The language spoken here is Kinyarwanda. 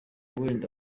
wenda